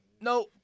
No